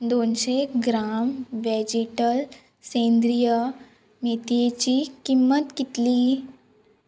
दोनशें ग्राम वेजीटल सेंद्रीय मेथयेची किंमत कितली